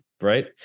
right